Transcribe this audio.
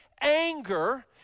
anger